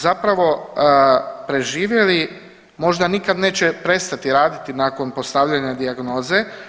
Zapravo preživjeli nikada neće prestati raditi nakon postavljanja dijagnoze.